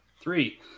Three